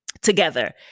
together